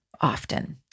often